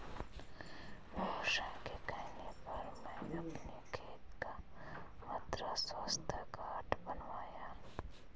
रोशन के कहने पर मैं अपने खेत का मृदा स्वास्थ्य कार्ड बनवाया